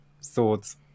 swords